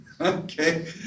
Okay